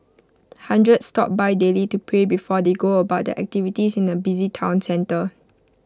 hundreds stop by daily to pray before they go about their activities in the busy Town centre